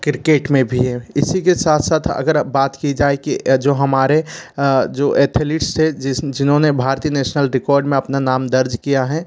cricket में भी है इसी के साथ साथ अगर अब बात की जाए कि जो हमारे जो एथेलिटस थे जिस जिन्होंने भारतीय नेशनल रिकार्ड में अपना नाम दर्ज किया है